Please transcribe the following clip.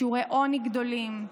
שיעורי עוני גדולים,